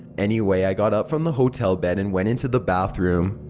anyway, i got up from the hotel bed and went into the bathroom.